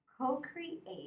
Co-create